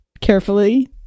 carefully